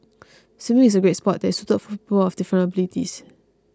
swimming is a great sport that is suited for people of different abilities